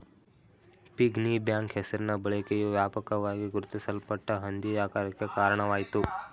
piggy bank ಹೆಸರಿನ ಬಳಕೆಯು ವ್ಯಾಪಕವಾಗಿ ಗುರುತಿಸಲ್ಪಟ್ಟ ಹಂದಿ ಆಕಾರಕ್ಕೆ ಕಾರಣವಾಯಿತು